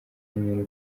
nk’umuntu